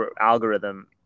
algorithm